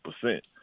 percent